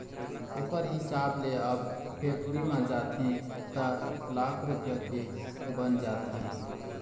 ओखर हिसाब ले अब फेक्टरी म जाथे त लाख रूपया के बन जाथे